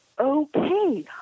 okay